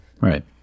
right